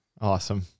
Awesome